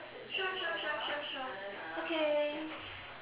sure sure sure sure sure okay